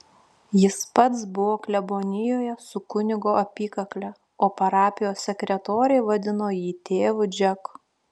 jis pats buvo klebonijoje su kunigo apykakle o parapijos sekretorė vadino jį tėvu džeku